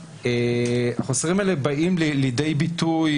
החוסרים האלה באים לידי ביטוי